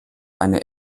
eine